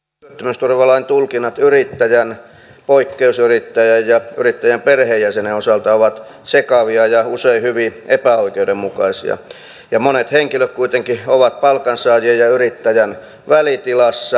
työttömyysturvalain tulkinnat yrittäjän poikkeusyrittäjän ja yrittäjän perheenjäsenen osalta ovat sekavia ja usein hyvin epäoikeudenmukaisia ja monet henkilöt kuitenkin ovat palkansaajien ja yrittäjän välitilassa